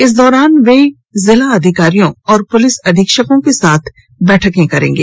इस दौरान वे जिला अधिकारियों और पुलिस अधीक्षकों के साथ बैठकें करेंगे